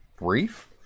brief